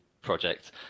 project